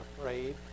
afraid